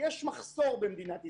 יש מחסור במדינת ישראל.